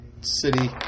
City